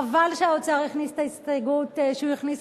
חבל שהאוצר הכניס את ההסתייגות שהוא הכניס.